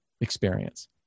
experience